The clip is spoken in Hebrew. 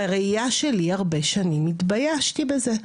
בראיה שלי הרבה שנים התביישתי בזה,